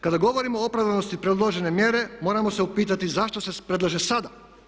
Kada govorimo o opravdanosti predložene mjere moramo se upitati zašto se predlaže sada.